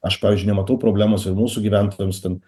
aš pavyzdžiui nematau problemos ir mūsų gyventojams ten